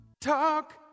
Talk